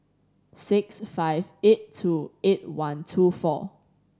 six five eight two eight one two four